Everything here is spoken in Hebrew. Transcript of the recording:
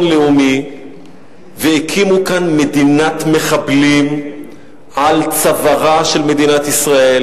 לאומי והקימו כאן מדינת מחבלים על צווארה של מדינת ישראל,